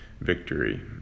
victory